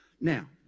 Now